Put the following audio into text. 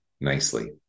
nicely